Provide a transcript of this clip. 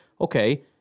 Okay